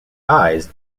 eyes